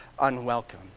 unwelcome